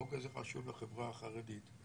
החוק הזה חשוב לחברה החרדית,